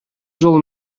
жол